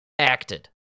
Acted